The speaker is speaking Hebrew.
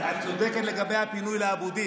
את צודקת לגבי הפינוי לאבו דיס,